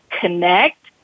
connect